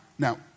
Now